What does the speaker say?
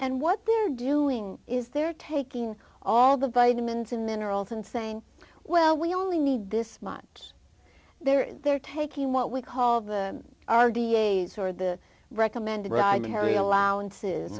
and what they're doing is they're taking all the vitamins and minerals and saying well we only need this much they're in there taking what we call the r d a's or the recommended rider harry allowances